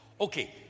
Okay